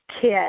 kid